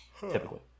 Typically